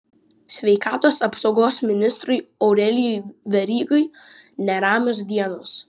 sveikatos apsaugos ministrui aurelijui verygai neramios dienos